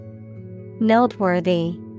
Noteworthy